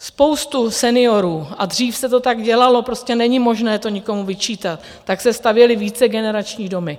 Spousta seniorů, a dřív se to tak dělalo, prostě není možné to nikomu vyčítat, tak se stavěly vícegenerační domy.